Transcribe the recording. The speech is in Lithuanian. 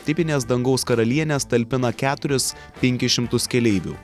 tipinės dangaus karalienės talpina keturis penkis šimtus keleivių